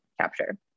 capture